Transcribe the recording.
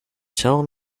telling